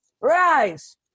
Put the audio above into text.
rise